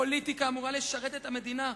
הפוליטיקה אמורה לשרת את המדינה,